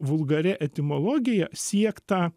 vulgaria etimologija siekta